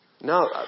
No